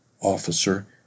officer